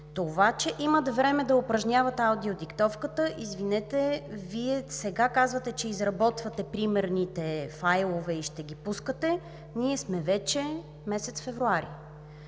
Това, че имат време да упражняват аудиодиктовката – извинете, Вие сега казвате, че изработвате примерните файлове и ще ги пускате. Ние сме вече месец февруари!